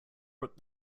but